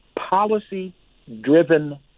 policy-driven